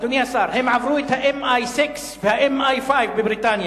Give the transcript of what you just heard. אדוני השר, הם עברו את ה-MI-6 וה-MI-5 בבריטניה.